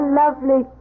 lovely